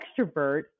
extrovert